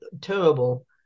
terrible